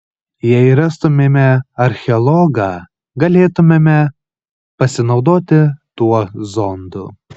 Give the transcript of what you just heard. jei rastumėme archeologą galėtumėme pasinaudoti tuo zondu